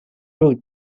root